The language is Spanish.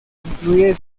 incluye